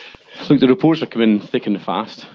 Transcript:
the reports are coming thick and fast.